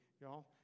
y'all